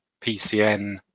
PCN